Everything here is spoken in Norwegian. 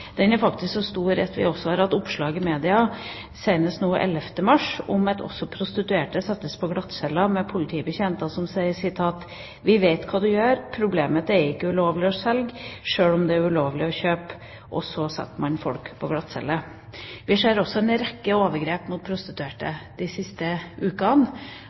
Den er faktisk så stor at vi har hatt oppslag i media, senest nå 11. mars, om at også prostituerte settes på glattcelle. Det blir vist til en politibetjent som sa: Vi vet hva du gjør. Problemet er at det ikke er ulovlig å selge, selv om det er ulovlig å kjøpe. Og så setter man folk på glattcelle. Vi har også sett en rekke overgrep mot prostituerte de siste ukene,